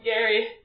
Gary